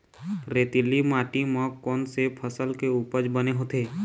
रेतीली माटी म कोन से फसल के उपज बने होथे?